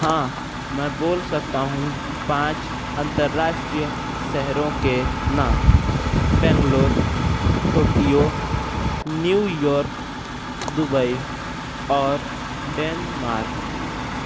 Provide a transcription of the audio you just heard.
हाँ मैं बोल सकता हूँ पाँच अन्तर्राष्ट्रीय शहरों के नाम Bangalore Tokyo New York Dubai और डेनमार्क